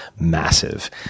massive